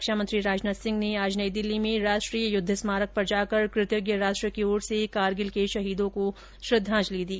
रक्षा मंत्री राजनाथ सिंह ने आज नई दिल्ली में राष्ट्रीय युद्व स्मारक पर जाकर कृतज्ञ राष्ट्र की ओर से करगिल के शहीदों को श्रद्वांजलि दी